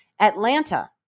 Atlanta